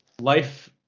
life